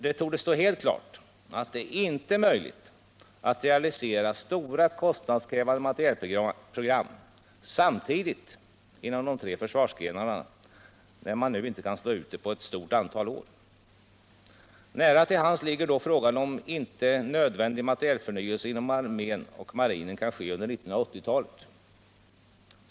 Det torde stå helt klart att det inte är möjligt att realisera stora kostnadskrävande materielprogram samtidigt inom de tre försvarsgrenarna, när man inte kan slå ut det på ett stort antal år. Nära till hands ligger då frågan om inte nödvändig materielförnyelse inom armén och marinen kan ske under 1980-talet.